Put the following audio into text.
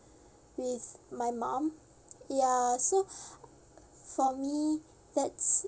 with my mum ya so for me that's